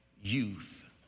youth